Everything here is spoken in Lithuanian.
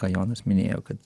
ką jonas minėjo kad